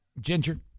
ginger